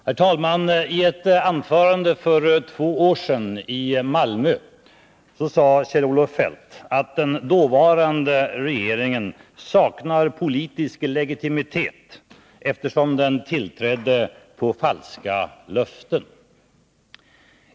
Herr talman! I ett anförande för två år sedan i Malmö sade Kjell-Olof Feldt att den dåvarande regeringen ”saknar politisk legitimitet eftersom den tillträdde på falska löften”.